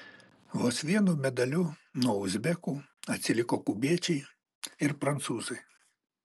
vos vienu medaliu nuo uzbekų atsiliko kubiečiai ir prancūzai